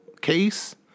case